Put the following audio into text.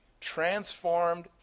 transformed